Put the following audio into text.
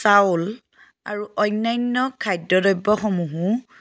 চাউল আৰু অন্যান্য খাদ্য দ্ৰব্যসমূহো